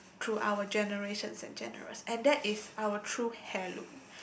through our generations and generous and that is our true heirloom